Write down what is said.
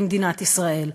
במדינת ישראל,